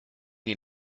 den